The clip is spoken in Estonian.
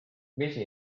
vesi